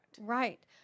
Right